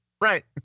Right